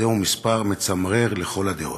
זה מספר מצמרר לכל הדעות.